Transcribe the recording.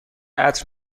عطر